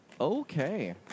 Okay